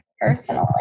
personally